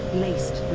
laced